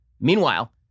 Meanwhile